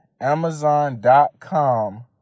amazon.com